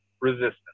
resistance